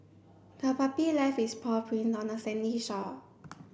the puppy left its paw print on the sandy shore